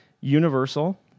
Universal